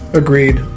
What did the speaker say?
agreed